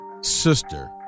sister